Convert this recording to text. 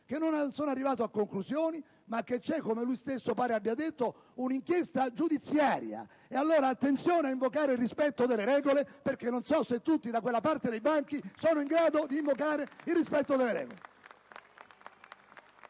che non sono giunto a conclusioni e che è in corso, come lui stesso pare abbia detto, un'inchiesta giudiziaria. Attenzione, allora, ad invocare il rispetto delle regole perché non so se tutti da quella parte dell'Aula sono in grado di invocare il rispetto delle regole.